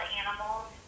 animals